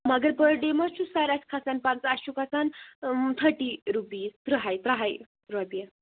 مگر پٔر ڈیے مَہ چھُ سَر اسہِ کھسان پَنٛژاہ اسہِ چھُ کھَسان تھٔٹیٖ رُپیٖز ترٛہ ہَے ترٛہ ہَے رۄپیہِ